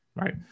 right